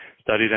studied